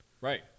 Right